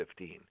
2015